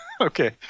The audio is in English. Okay